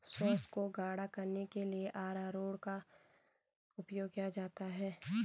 sauce को गाढ़ा करने के लिए अरारोट का उपयोग किया जाता है